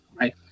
Right